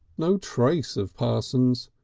no trace of parsons.